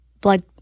blood